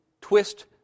twist